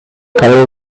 carol